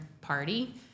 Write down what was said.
party